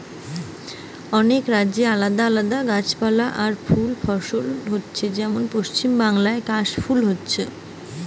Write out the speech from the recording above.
অনেক রাজ্যে আলাদা আলাদা গাছপালা আর ফুল ফসল হচ্ছে যেমন পশ্চিমবাংলায় কাশ ফুল হচ্ছে